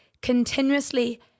continuously